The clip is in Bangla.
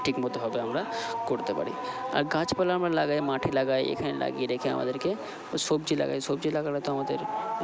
ঠিকমতো ভাবে আমরা করতে পারি আর গাছপালা আমরা লাগাই মাঠে লাগাই এখানে লাগিয়ে রাখি আমাদেরকে সবজি লাগাই সবজি লাগালে তো আমাদের